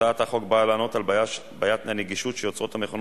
הרשמות הפרלמנטריות של המליאה ושל ועדות הכנסת.